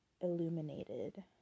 illuminated